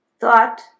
Thought